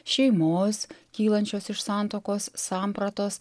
šeimos kylančios iš santuokos sampratos